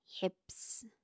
hips